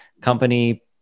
company